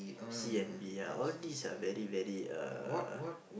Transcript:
C_N_B ah all these are very very uh